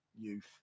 youth